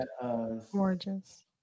gorgeous